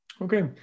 Okay